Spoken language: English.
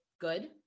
good